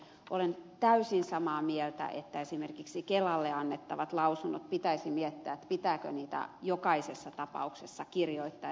olen täysin samaa mieltä että esimerkiksi pitäisi miettiä pitääkö kelalle annettavia lausuntoja jokaisessa tapauksessa kirjoittaa